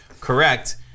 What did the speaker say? Correct